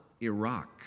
Iraq